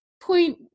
point